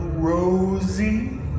Rosie